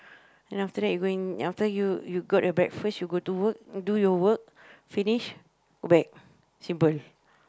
and then after that you going after that you you got your breakfast you go to work do your work finish go back simple